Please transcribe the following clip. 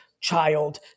child